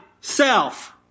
self